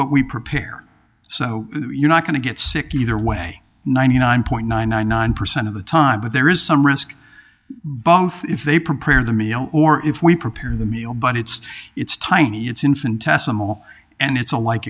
what we prepare so you're not going to get sick either way ninety nine point nine nine nine percent of the time but there is some risk both if they prepare the meal or if we prepare the meal but it's it's tiny it's infinitesimal and it's a like